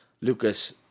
Lucas